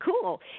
cool